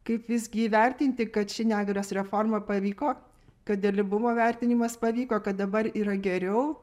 kaip visgi įvertinti kad ši negalės reforma pavyko kad dalyvumo vertinimas pavyko kad dabar yra geriau